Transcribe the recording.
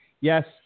yes